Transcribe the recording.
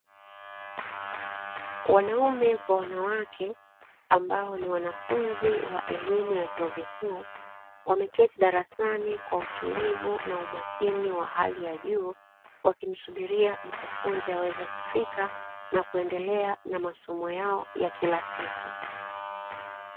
Wanaume kwa wanawake ambao ni wanafunzi wa elimu ya vyuo vikuu, wameketi darasani kwa utulivu na umakini wa hali ya juu wakimsubiri mkufunzi aweze kufika na kuendelea na masomo yao ya kila siku.